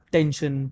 Tension